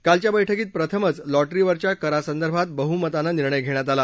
कालच्या बर्क्कीत प्रथमच लॉ रीवरच्या करासंदर्भात बह्मतानं निर्णय घेण्यात आला